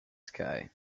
sky